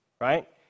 Right